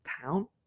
town